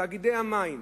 תאגידי המים,